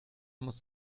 muss